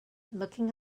looking